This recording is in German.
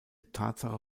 tatsache